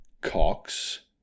Cox